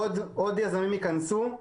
עוד יזמים ייכנסו.